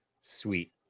sweet